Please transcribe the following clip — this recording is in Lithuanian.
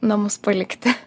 namus palikti